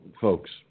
folks